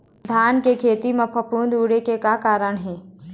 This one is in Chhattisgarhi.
धान के खेती म फफूंद उड़े के का कारण हे?